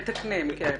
מתקנים, כן.